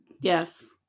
Yes